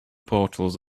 portals